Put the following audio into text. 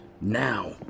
Now